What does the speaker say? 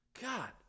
god